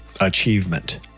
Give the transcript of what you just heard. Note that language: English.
achievement